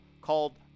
called